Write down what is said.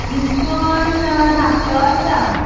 इस्वण धाकटो आसा